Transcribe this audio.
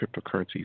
cryptocurrencies